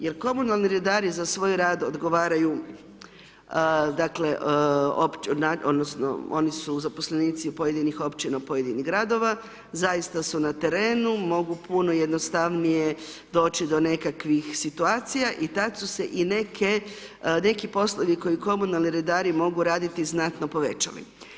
Jer komunalni redari za svoj rad odgovaraju, dakle, odnosno oni su zaposlenici pojedinih Općina, pojedinih Gradova, zaista su na terenu, mogu puno jednostavnije doći do nekakvih situacija i tad su se i neke, neki poslovi koje komunalni redari mogu raditi, znatno povećali.